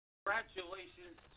Congratulations